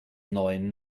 neuen